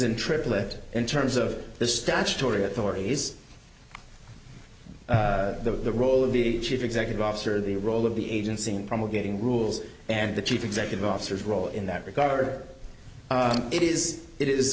and triplett in terms of the statutory authorities the role of the chief executive officer the role of the agency in promulgating rules and the chief executive officers role in that regard it is it is